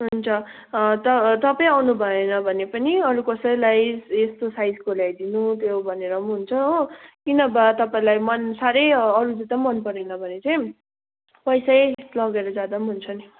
हुन्छ त तपाईँ आउनु भएन भने पनि अरू कसैलाई यस्तो साइजको ल्याइदिनु त्यो भनेर पनि हुन्छ हो कि नभए तपाईँलाई मन साह्रै अरू जुत्ता पनि मन परेन भने तपाईँ पैसै लगेर जाँदा पनि हुन्छ नि